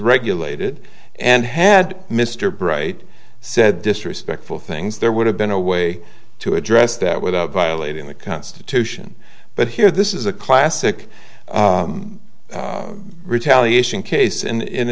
regulated and had mr bright said disrespectful things there would have been a way to address that without violating the constitution but here this is a classic retaliation case and